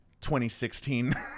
2016